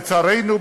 לצערנו,